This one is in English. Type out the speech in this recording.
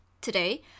Today